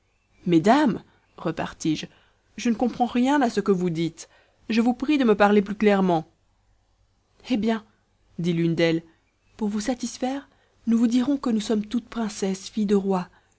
mesdames repartis-je je ne comprends rien à ce que vous dites je vous prie de me parler plus clairement eh bien dit l'une d'elles pour vous satisfaire nous vous dirons que nous sommes toutes princesses filles de rois